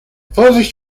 vorsicht